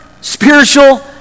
spiritual